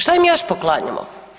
Što im još poklanjamo?